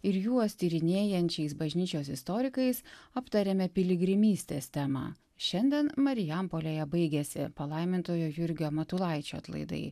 ir juos tyrinėjančiais bažnyčios istorikais aptariame piligrimystės temą šiandien marijampolėje baigėsi palaimintojo jurgio matulaičio atlaidai